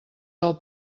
del